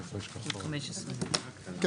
עמוד 15. כן,